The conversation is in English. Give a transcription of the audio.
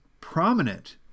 prominent